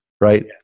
right